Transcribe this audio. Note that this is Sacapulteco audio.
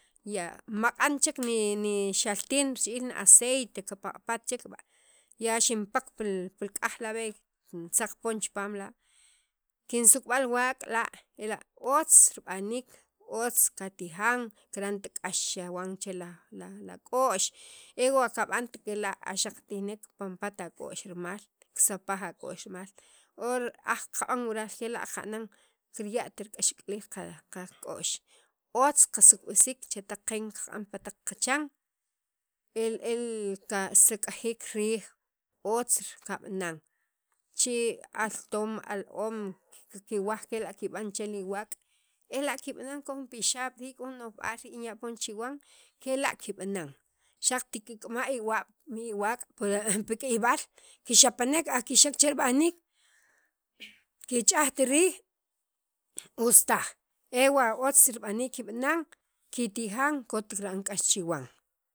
ya maq'an chek ni ni xaltin richi'il ni aceite kipaq'pat chek ya xinpak pil k'aj rib'e' kintzaq poon chipaam la' kinsuk'b'a niwaak' la' ela' otz rib'aniik otz katijan kira'nt k'ax chawan che la la k'o'x ewa' kabant kela' a xaq kitijnek kipanpat ak'o'x rimal kisapaj ak'o'x rimal or aj qab'an wural kela' qanan kirya't k'axk'aliil qak'o'x otz qasuk'b'isiik chetaq qeen q'n pi taq qachan el el kasaq'jik riij otz kab'anan chi al toom al oom kiwaj kela' kib'an chiran li waak' ela' kib'anan k'o jun pixaab' rii' k'o jun no'jb'aal rii' kinya poon chiwan kela' kinb'anan xaqt kikpama' iwaak' pi pi k'iyb'al kixapanek a kixxaq che rib'aniik kich'ajt riij us taj ewa' otz rib'aniik kib'anan kirtijan kot kirb'an k'ax chiwan.